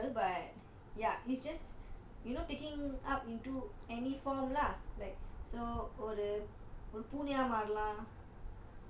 quite unusual but ya it's just you know taking up into any form lah like so ஒரு ஒரு பூனையா மாறலாம்:oru oru poonaiya maaralaam